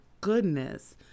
goodness